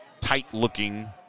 tight-looking